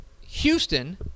Houston